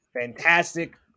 fantastic